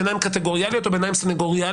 בעיניים קטגוריאליות או בעיניים סניגוריאליות,